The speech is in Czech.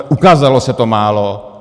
A ukázalo se to málo.